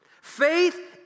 Faith